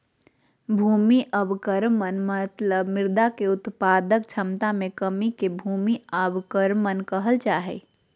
भूमि अवक्रमण मतलब मृदा के उत्पादक क्षमता मे कमी के भूमि अवक्रमण कहल जा हई